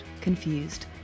Confused